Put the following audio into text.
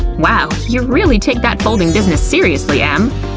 wow, you really take that folding business seriously, em!